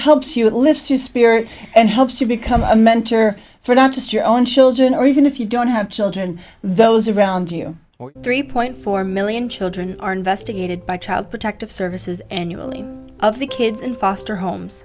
helps you lift your spirit and helps you become a mentor for not just your own children or even if you don't have children those around you or three point four million children are investigated by child protective services annually of the kids in foster homes